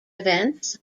events